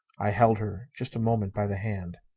i held her just a moment by the hand.